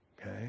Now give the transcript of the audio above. Okay